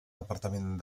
departament